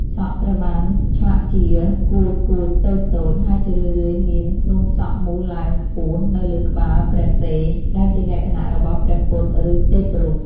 សក់ត្រូវបានឆ្លាក់ជា កួចៗតូចៗ ហើយជារឿយៗមានផ្នួងសក់មូលឡើងខ្ពស់នៅលើក្បាលព្រះសិរ ដែលជាលក្ខណៈរបស់ព្រះពុទ្ធ ឬទេពរូប។